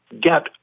get